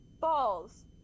Balls